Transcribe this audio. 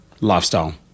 lifestyle